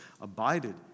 abided